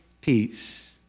peace